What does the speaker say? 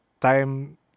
time